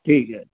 ਠੀਕ ਹੈ